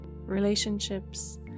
Relationships